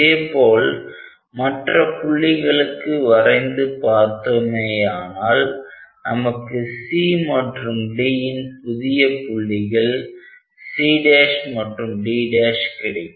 இதே போல் மற்ற புள்ளிகளுக்கு வரைந்து பார்த்தோமேயானால் நமக்கு C மற்றும் Dன் புதிய புள்ளிகள் C' மற்றும் D' கிடைக்கும்